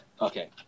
Okay